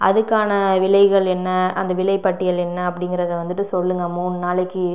அதுக்கான விலைகள் என்ன அந்த விலைப்பட்டியல் என்ன அப்படிங்குறத வந்துட்டு சொல்லுங்கள் மூணு நாளைக்கு